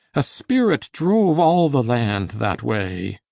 a spirit drove all the land that way.